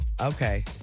okay